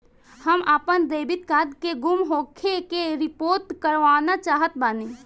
हम आपन debit card के गुम होखे के रिपोर्ट करवाना चाहत बानी